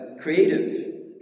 creative